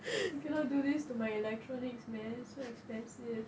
you cannot do this to my electronics man so expensive